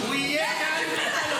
הוא יהיה כאן,